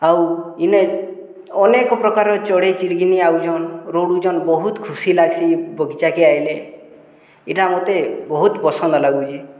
ଆଉ ଇନେ ଅନେକ୍ ପ୍ରକାର ଚଢ଼େଇ ଚିରଗିନି ଆଉଛନ୍ ରାଡ଼ୁଛନ୍ ବହୁତ୍ ଖୁସି ଲାଗ୍ସି ବଗିଚାକେ ଆଏଲେ ଇଟା ମତେ ବହୁତ୍ ପସନ୍ଦ ଲାଗୁଛେ